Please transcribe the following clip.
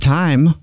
time